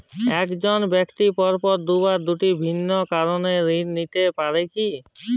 এক জন ব্যক্তি পরপর দুবার দুটি ভিন্ন কারণে ঋণ নিতে পারে কী?